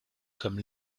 comme